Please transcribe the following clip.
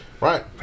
Right